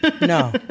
No